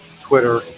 Twitter